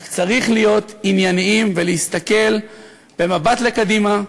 רק צריך להיות ענייניים ולהסתכל במבט לקדימה,